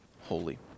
holy